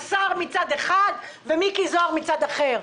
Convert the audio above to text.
השר מצד אחד ומיקי זוהר מצד אחר.